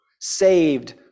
saved